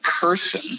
person